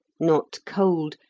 not cold,